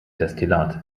destillat